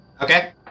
Okay